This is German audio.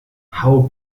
hau